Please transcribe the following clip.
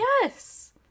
Yes